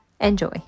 Enjoy